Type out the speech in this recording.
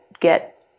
get